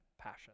passion